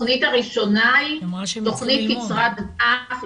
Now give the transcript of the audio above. התכנית הראשונה היא תכנית קצרת טווח,